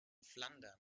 flandern